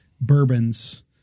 bourbons